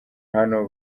hano